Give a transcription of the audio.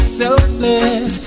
selfless